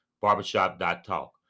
Barbershop.talk